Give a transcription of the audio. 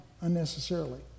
unnecessarily